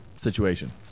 situation